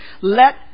let